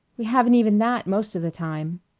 we haven't even that, most of the time,